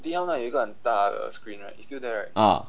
ah